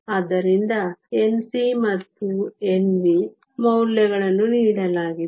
ಆದ್ದರಿಂದ Nc ಮತ್ತು Nv ಮೌಲ್ಯಗಳನ್ನು ನೀಡಲಾಗಿದೆ